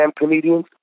comedians